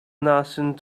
nothing